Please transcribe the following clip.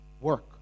Work